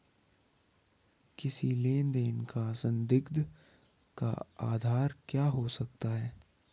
किसी लेन देन का संदिग्ध का आधार क्या हो सकता है?